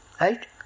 Right